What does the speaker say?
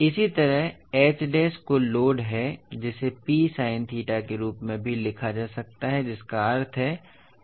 इसी तरह H dash कुल लोड है जिसे P साइन थीटा के रूप में भी लिखा जा सकता है जिसका अर्थ है इनटू L